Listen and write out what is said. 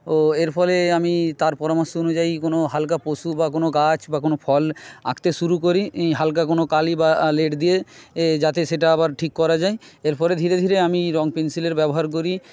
ও এর ফলে আমি তার পরামর্শ অনুযায়ী কোনও হালকা পশু বা কোনও গাছ বা কোনও ফল আঁকতে শুরু করি ই হালকা কোনও কালি বা লেড দিয়ে এ যাতে সেটা আবার ঠিক করা যায় এরপরে ধীরে ধীরে আমি রঙ পেন্সিলের ব্যবহার করি